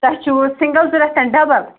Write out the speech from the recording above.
تۄہہِ چھُو سِنگٕل ضروٗرت کِنہٕ ڈَبَل